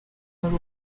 wari